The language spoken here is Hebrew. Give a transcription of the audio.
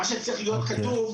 מה שצריך להיות כתוב,